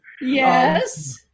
Yes